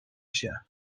się